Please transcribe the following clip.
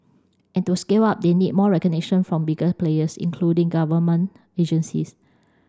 and to scale up they need more recognition from bigger players including government agencies